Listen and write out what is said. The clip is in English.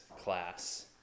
class